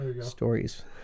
stories